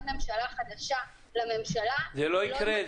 ממשלה חדשה לממשלה --- זה לא יקרה.